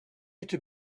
into